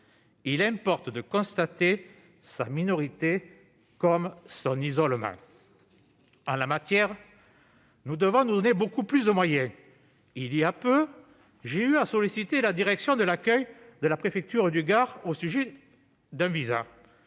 Il importe de constater sa minorité comme son isolement. En la matière, nous devons nous donner beaucoup plus de moyens. Il y a peu, j'ai eu à solliciter la direction de l'accueil, de l'accompagnement des étrangers et de la